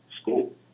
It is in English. school